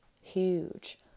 huge